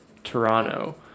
toronto